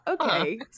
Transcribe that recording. okay